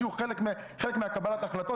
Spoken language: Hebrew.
שיהיו חלק מקבלת ההחלטות,